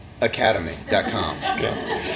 academy.com